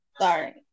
Sorry